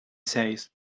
says